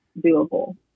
doable